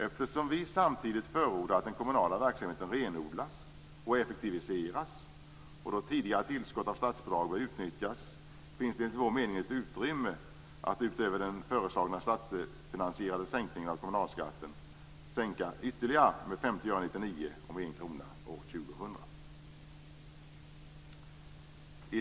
Eftersom vi samtidigt förordar att den kommunala verksamheten renodlas och effektiviseras och då tidigare tillskott av statsbidrag bör utnyttjas, finns det enligt vår mening ett utrymme att, utöver den föreslagna statsfinansierade sänkningen av kommunalskatten, sänka ytterligare med 50 öre 1999 och med 1 kr år 2000.